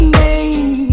name